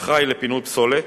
"אחראי לפינוי פסולת",